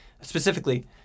specifically